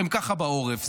הם ככה בעורף.